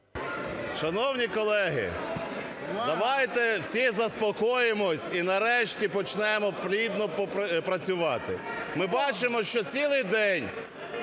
Шановні колеги, давайте всі заспокоїмось і нарешті почнемо плідно працювати. Ми бачимо, що цілий день